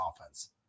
offense